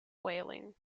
whaling